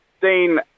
Dean